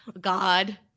God